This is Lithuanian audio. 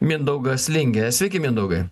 mindaugas lingė sveiki mindaugai